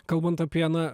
kalbant apie na